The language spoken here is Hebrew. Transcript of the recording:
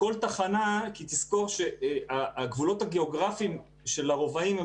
תזכור שהגבולות הגיאוגרפיים של הרובעים הם